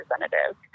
representative